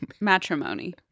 Matrimony